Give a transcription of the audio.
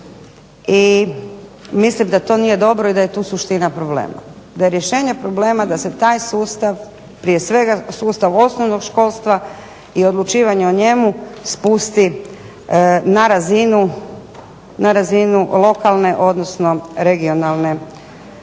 i mislim da to nije dobro i da je tu suština problema. Da je rješenja problema da se taj sustav prije svega sustav osnovnog školstva i odlučivanja o njemu spusti na razinu lokalne odnosno regionalne